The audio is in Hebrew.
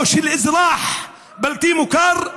או של אזרח בלתי מוכר,